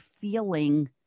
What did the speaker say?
feeling